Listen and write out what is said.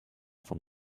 vom